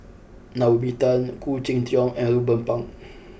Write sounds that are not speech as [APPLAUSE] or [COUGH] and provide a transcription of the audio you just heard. Naomi Tan Khoo Cheng Tiong and Ruben Pang [NOISE]